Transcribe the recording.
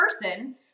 person